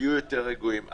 יהיו יותר רגועים.